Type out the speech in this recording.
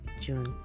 june